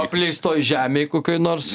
apleistoj žemėj kokioj nors